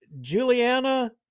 Juliana